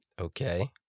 okay